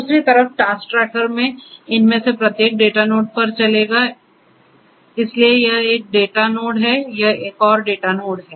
दूसरी तरफ task tracker में इनमें से प्रत्येक डेटा नोड पर चलेगा इसलिए यह एक डेटा नोड है यह एक और डेटा नोड है